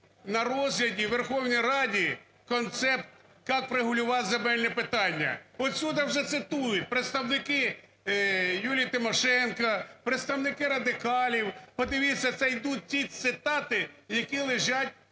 на розгляді у Верховній Раді концепт, як врегулювати земельні питання. Отсюда вже цитують представники Юлії Тимошенко, представники "радикалів". Подивіться, це йдуть ті цитати, які лежать